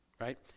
Right